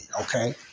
Okay